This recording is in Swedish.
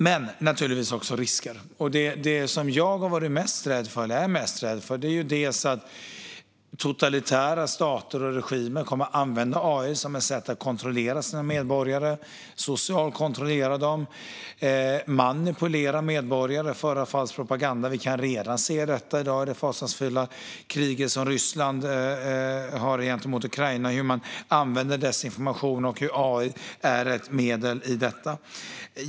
Men det finns naturligtvis också risker. Det jag är mest rädd för är att totalitära stater och regimer kommer att använda AI som ett sätt att kontrollera sina medborgare. Det handlar om att socialt kontrollera dem, att manipulera dem och föra fram falsk propaganda. Vi kan redan se detta i dag i det fasansfulla kriget som Ryssland för gentemot Ukraina. Man använder desinformation, och AI är ett medel i detta.